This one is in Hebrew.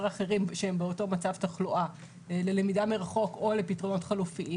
אחרים - שהם באותו מצב תחלואה - ללמידה מרחוק או לפתרונות חלופיים